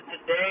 today